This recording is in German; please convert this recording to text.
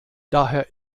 daher